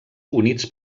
units